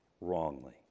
wrongly